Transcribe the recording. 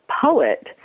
poet